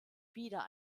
wieder